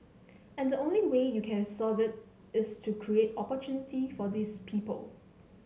and the only way you can solve it is to create opportunity for these people